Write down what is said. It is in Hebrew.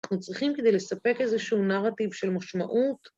‫אנחנו צריכים כדי לספק ‫איזשהו נרטיב של משמעות.